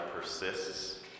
persists